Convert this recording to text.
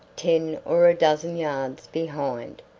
ten or a dozen yards behind,